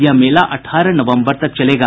यह मेला अठारह नवम्बर तक चलेगा